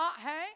Hey